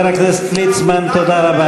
אולי תדבר על הגדלת העוני שאתה עשית?